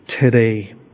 today